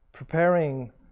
Preparing